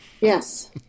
Yes